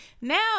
now